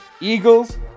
Eagles